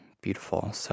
beautiful